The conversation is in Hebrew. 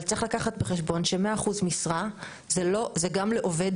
אבל צריך לקחת בחשבון שמאה אחוז משרה זה גם לעובד